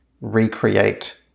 recreate